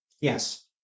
yes